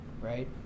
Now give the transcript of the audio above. right